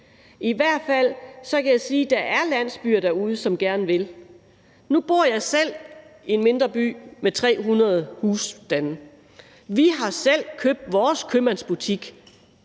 I hvert fald kan jeg sige, at der er landsbyer derude, som gerne vil. Nu bor jeg selv i en mindre by med 300 husstande. Vi har selv købt vores købmandsbutik,